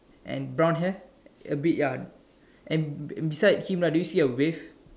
and brown hair a bit ya and beside him do you see a wave